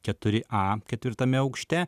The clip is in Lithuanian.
keturi a ketvirtame aukšte